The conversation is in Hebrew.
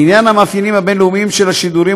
לעניין המאפיינים הבין-לאומיים של השידורים,